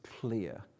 clear